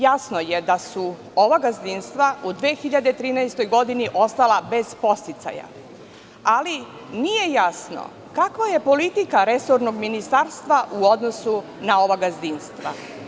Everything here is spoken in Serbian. Jasno je da su ova gazdinstva u 2013. godini ostala bez podsticaja, ali nije jasno kakva je politika resornog ministarstva u odnosu na ova gazdinstva.